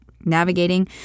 navigating